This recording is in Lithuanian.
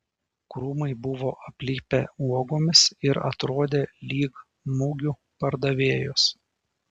krūmai buvo aplipę uogomis ir atrodė lyg mugių pardavėjos